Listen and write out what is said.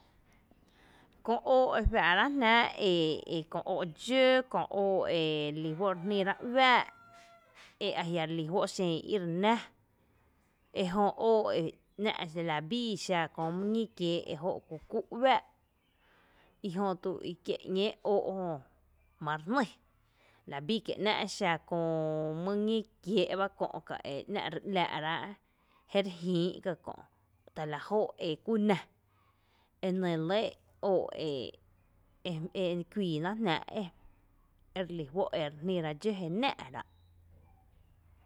Köö óo’ e juⱥⱥ’ rá jnⱥⱥ’ e e köö óo’ dxǿ köö óo’ erelí juó’ re jníra’ uⱥⱥ’ e ajiarelí juó’ exen ire nⱥ ejÖ óó’ e ‘ná’ exa la bii köö mú ñí kiee’ ejó’ kú kú’ uⱥⱥ’ ijötu i kie’ ‘ñee óó’ jö mare jný la bíi kie’ ‘ná’ xa köö mý ñí kiee’ ba kö’ ka’ e ‘ná’ re ‘la’ rá’ jé re jïi’ ka kö’ta la jóo’ eku ná e nɇ lɇ óo’ e kuiiná’ jná’.